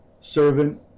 servant